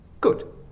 Good